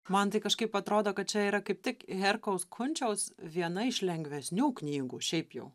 man tai kažkaip atrodo kad čia yra kaip tik herkaus kunčiaus viena iš lengvesnių knygų šiaip jau